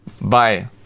Bye